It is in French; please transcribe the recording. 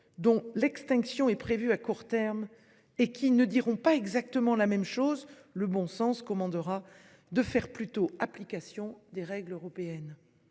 dont l'extinction est prévue à court terme, les deux ne disant pas exactement la même chose, le bon sens commandera de faire plutôt application des règles européennes.